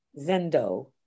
Zendo